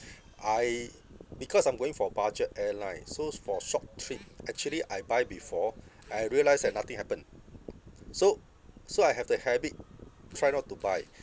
I because I'm going for budget airline so s~ for short trip actually I buy before I realised that nothing happened so so I have the habit try not to buy